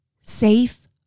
safe